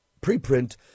preprint